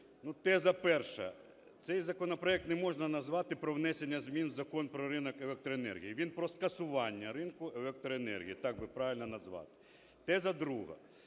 теза перша. Цей законопроект не можна назвати "про внесення змін в Закон про ринок електроенергії", він про скасування ринку електроенергії, так би правильно назвати. Теза друга.